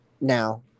now